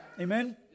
Amen